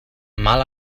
mal